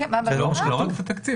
זה לא מה שכתוב.